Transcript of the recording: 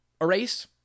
Erase